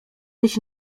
byś